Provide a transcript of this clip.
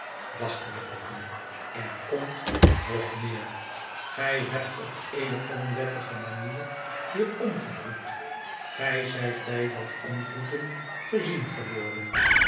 wacht maar boffin er komt nog meer gij hebt op eene onwettige manier hier omgewroet gij zijt bij dat omwroeten gezien geworden